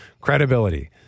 credibility